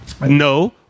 No